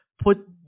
put